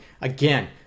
again